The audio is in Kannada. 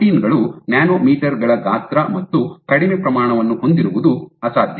ಪ್ರೋಟೀನ್ ಗಳು ನ್ಯಾನೊಮೀಟರ್ ಗಳ ಗಾತ್ರ ಮತ್ತು ಕಡಿಮೆ ಪ್ರಮಾಣವನ್ನು ಹೊಂದಿರುವುದು ಅಸಾಧ್ಯ